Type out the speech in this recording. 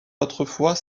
autrefois